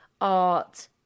art